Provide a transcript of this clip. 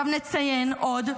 נציין עוד,